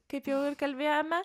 kaip jau ir kalbėjome